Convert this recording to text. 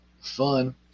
fun